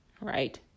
right